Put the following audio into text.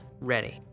Ready